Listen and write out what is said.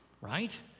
right